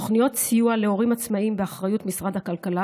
תוכניות סיוע להורים עצמאיים באחריות משרד הכלכלה